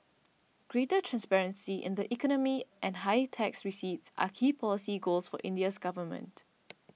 greater transparency in the economy and higher tax receipts are key policy goals for India's government